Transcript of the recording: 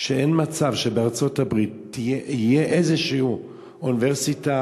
שאין מצב שבארצות-הברית תהיה איזושהי אוניברסיטה